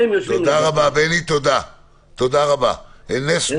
תודה, דברי טעם